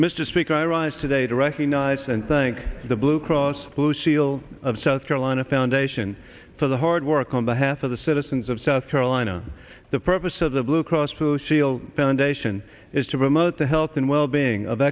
mr speaker i rise today to recognize and think the blue cross blue shield of south carolina foundation for the hard work on behalf of the citizens of south carolina the purpose of the blue cross blue shield foundation is to promote the health and well being of